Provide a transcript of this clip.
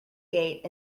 gate